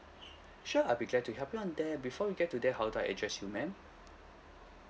sure I'll be glad to help you on that before we get to that how do I address you ma'am